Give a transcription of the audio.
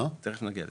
תכף נגיע לזה.